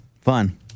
Fun